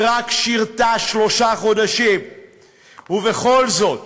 היא שירתה רק שלושה חודשים ובכל זאת